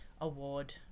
award